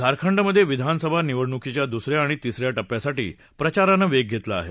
झारखंडमधे विधानसभा निवडणुकीच्या दुसऱ्या आणि तिसऱ्या टप्प्यासाठी प्रचारानं वेग घेतला आहे